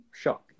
shock